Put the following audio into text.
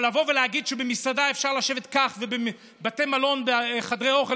אבל לבוא ולהגיד שבמסעדה אפשר לשבת כך ובבתי מלון בחדרי האוכל